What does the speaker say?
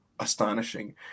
astonishing